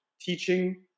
teaching